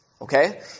Okay